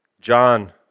John